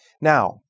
Now